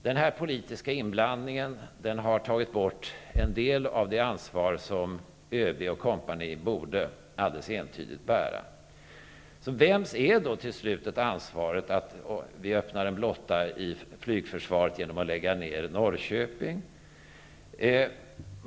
Den här politiska inblandningen har tagit bort en del av det ansvar som ÖB & Co. alldeles entydigt borde bära. Vems är då till slut ansvaret för att vi öppnar en blotta i flygförsvaret genom att lägga ner Norrköping?